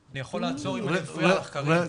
אני יכול לעצור אם זה מפריע לך קארין.